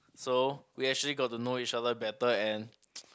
so we actually got to know each other better and